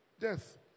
death